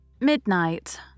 Midnight